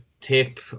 tip